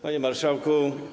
Panie Marszałku!